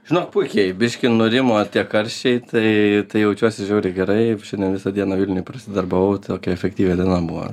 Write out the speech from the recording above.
žinok puikiai biškį nurimo tie karščiai tai jaučiuosi žiauriai gerai šiandien visą dieną vilniuj pasidarbavau tokia efektyvi diena buvo